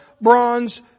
bronze